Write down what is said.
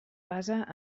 basa